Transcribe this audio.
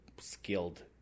skilled